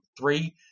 three